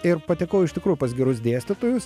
ir patekau iš tikrųjų pas gerus dėstytojus